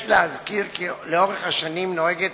יש להזכיר כי לאורך השנים הכנסת נוהגת